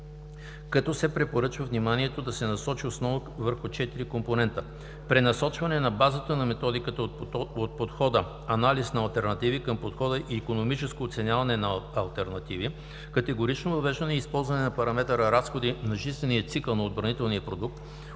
като се препоръчва вниманието да се насочи основно върху четири компонента: пренасочване на базата на методиката от подхода „анализ на алтернативи“ към подхода „икономическо оценяване на алтернативи“; категорично въвеждане и използване на параметъра „разходи за жизнения цикъл на отбранителния продукт“;